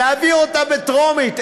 נעביר אותה בטרומית.